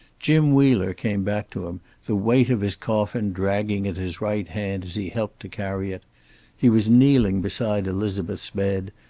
jim wheeler came back to him, the weight of his coffin dragging at his right hand as he helped to carry it he was kneeling beside elizabeth's bed,